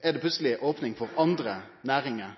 er det plutseleg opning for andre næringar